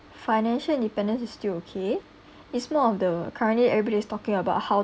financial independence is still okay it's more of the currently everybody's talking about how